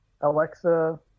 Alexa